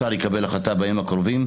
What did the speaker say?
השר יקבל החלטה בימים הקרובים,